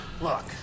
look